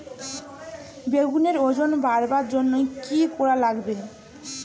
বেগুনের ওজন বাড়াবার জইন্যে কি কি করা লাগবে?